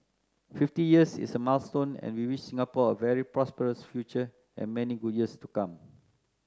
fifty years is a milestone and we wish Singapore a very prosperous future and many good years to come